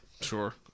Sure